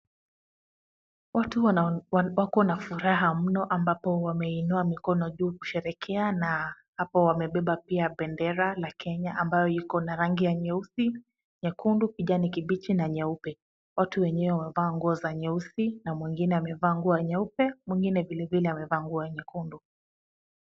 Watu wako na furaha mno ambapo wameinua mikono juu kusherekea na hapo wamebeba bendera la Kenya ambayo iko na rangi ya nyeusi, nyekundu, kijani kibichi na nyeupe. Watu wenyewe wamevaa nguo za nyeusi na mwingine amevaa nguo ya nyeupe na mwingine vilevile amevaa nguo ya nyekundu.